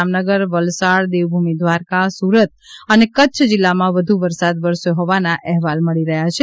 જામનગર વલસાડ દેવભુમિ દ્વારકા સુરત અને કચ્છ જિલ્લામાં વધુ વરસાદ વરસ્યો હોવાના અહેવાલ મળી રહ્યાં છે